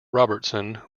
robertson